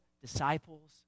disciples